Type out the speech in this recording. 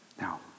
Now